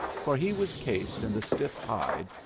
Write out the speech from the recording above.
for he was cased in the stiff hide,